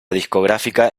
discográfica